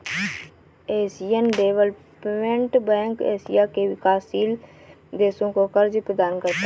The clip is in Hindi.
एशियन डेवलपमेंट बैंक एशिया के विकासशील देशों को कर्ज प्रदान करता है